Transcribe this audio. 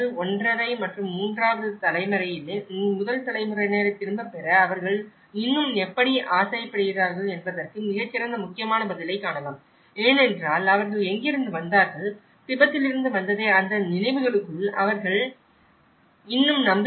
5 மற்றும் மூன்றாம் தலைமுறையில் முதல் தலைமுறையினரைத் திரும்பப் பெற அவர்கள் இன்னும் எப்படி ஆசைப்படுகிறார்கள் என்பதற்கு மிகச் சிறந்த முக்கியமான பதிலைக் காணலாம் ஏனென்றால் அவர்கள் எங்கிருந்து வந்தார்கள் திபெத்திலிருந்து வந்ததை அந்த நினைவுகளுக்குள் அவர்கள் இன்னும் நம்புகிறார்கள்